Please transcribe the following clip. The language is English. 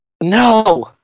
No